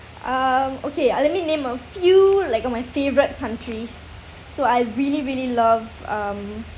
um okay uh let me name a few like on my favourite countries so I really really love um